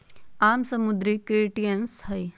आम समुद्री क्रस्टेशियंस हई